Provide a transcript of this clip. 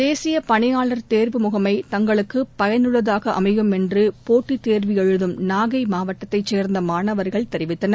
தேசிய பணியாளர் தேர்வு முகமை தங்களுக்கு பயனுள்ளதாக அமையும் என்று போட்டித் தேர்வு எழுதும் நாகை மாவட்டத்தைச் சேர்ந்த மாணவர்கள் தெரிவித்தனர்